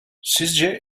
sizce